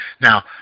now